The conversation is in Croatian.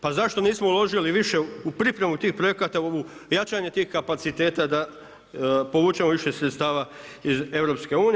Pa zašto nismo uložili više u pripremu tih projekata, u jačanje tih kapaciteta da povučemo više sredstava iz EU.